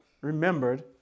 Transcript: remembered